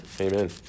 Amen